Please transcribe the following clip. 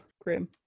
grim